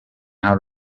out